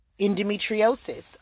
endometriosis